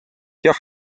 jah